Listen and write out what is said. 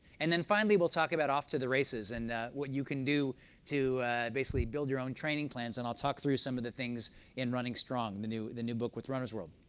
and then finally, we'll talk about off to the races and what you can do to basically build your own training plans, and i'll talk through some of the things in running strong, the new the new book with runner's world.